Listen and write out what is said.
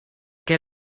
que